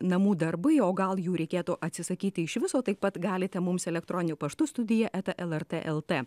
namų darbai o gal jų reikėtų atsisakyti iš viso taip pat galite mums el paštu studija eta lrt lt